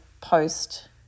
post